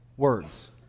words